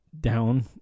down